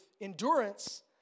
endurance